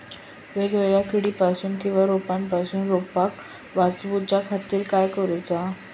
वेगवेगल्या किडीपासून किवा रोगापासून रोपाक वाचउच्या खातीर काय करूचा?